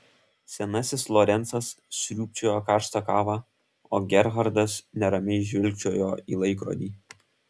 senasis lorencas sriūbčiojo karštą kavą o gerhardas neramiai žvilgčiojo į laikrodį